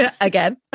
again